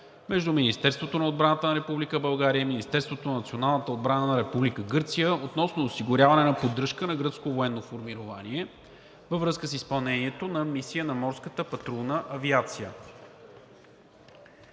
между Министерството на отбраната на Република България и Министерството на националната отбрана на Република Гърция относно осигуряване на поддръжка на гръцко военно формирование във връзка с изпълнението на мисия на Морската патрулна авиация,